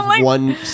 one